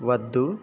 వద్దు